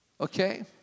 Okay